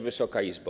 Wysoka Izbo!